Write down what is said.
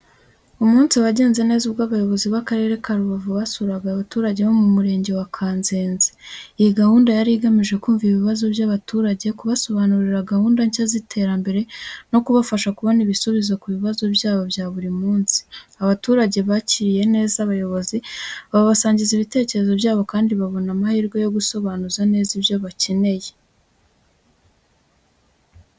Umunsi wagenze neza ubwo abayobozi b’Akarere ka Rubavu basuraga abaturage bo mu Murenge wa Kanzenze. Iyi gahunda yari igamije kumva ibibazo by’abaturage, kubasobanurira gahunda nshya z’iterambere, no kubafasha kubona ibisubizo ku bibazo byabo bya buri munsi. Abaturage bakiriye neza abayobozi, babasangiza ibitekerezo byabo kandi babona amahirwe yo gusobanuza neza ibyo bakeneye.